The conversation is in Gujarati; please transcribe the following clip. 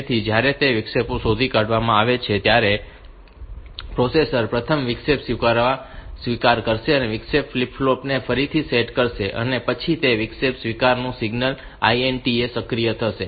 તેથી જ્યારે તે વિક્ષેપો શોધી કાઢવામાં આવે છે ત્યારે પ્રોસેસર પ્રથમ વિક્ષેપ સ્વીકાર કરશે વિક્ષેપ ફ્લિપ ફ્લોપ ને ફરીથી સેટ કરશે અને પછી તે વિક્ષેપ સ્વીકાર સિગ્નલ INTA સક્રિય કરશે